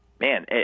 man